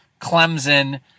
Clemson